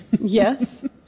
Yes